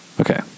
Okay